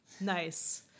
Nice